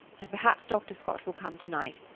and perhaps dr. scott will come tonight.